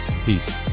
peace